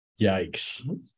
Yikes